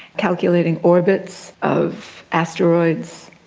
calculating orbits of asteroids,